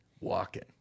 walking